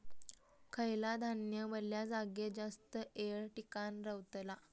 खयला धान्य वल्या जागेत जास्त येळ टिकान रवतला?